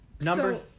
Number